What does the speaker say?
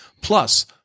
plus